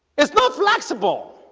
it's not flexible